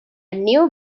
new